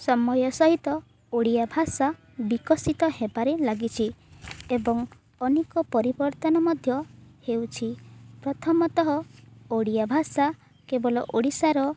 ସମୟ ସହିତ ଓଡ଼ିଆ ଭାଷା ବିକଶିତ ହେବାରେ ଲାଗିଛି ଏବଂ ଅନେକ ପରିବର୍ତ୍ତନ ମଧ୍ୟ ହେଉଛି ପ୍ରଥମତଃ ଓଡ଼ିଆ ଭାଷା କେବଳ ଓଡ଼ିଶାର